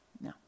No